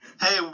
Hey